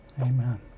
Amen